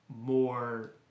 more